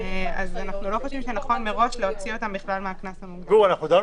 אנחנו לא חושבים שנכון מראש להוציא אותם בכלל מהקנס המוגדל.